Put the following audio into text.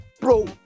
Bro